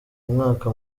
umwaka